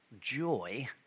joy